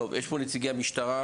יש פה נציגות מהמשטרה.